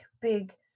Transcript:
big